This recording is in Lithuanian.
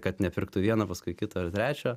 kad nepirktų vieno paskui kito ar trečio